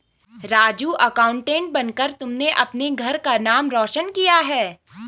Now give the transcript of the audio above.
Raju accountant बनकर तुमने अपने घर का नाम रोशन किया है